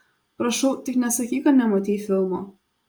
prašau tik nesakyk kad nematei filmo